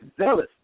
zealous